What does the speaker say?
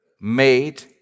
made